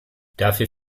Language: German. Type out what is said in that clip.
dafür